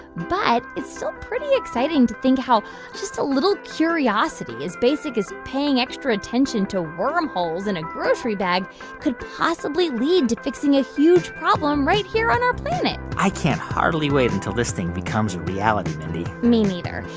but it's still pretty exciting to think how just a little curiosity as basic as paying extra attention to worm holes in a grocery bag could possibly lead to fixing a huge problem right here on our planet i can't hardly wait until this thing becomes a reality, mindy me neither.